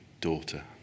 daughter